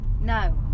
No